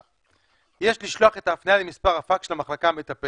מה כתוב: "יש לשלוח את ההפניה למספר הפקס של המחלקה המטפלת.